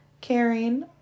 caring